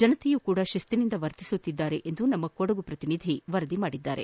ಜನತೆಯೂ ಸಹ ಶಿಶ್ತಿನಿಂದ ವರ್ತಿಸುತ್ತಿದ್ದಾರೆ ಎಂದು ನಮ್ಮ ಕೊಡಗು ಪ್ರತಿನಿಧಿ ವರದಿ ಮಾಡಿದ್ದಾರೆ